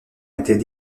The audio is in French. était